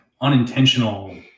unintentional